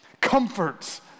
comforts